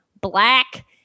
black